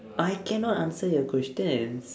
I cannot answer your questions